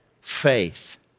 faith